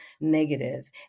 negative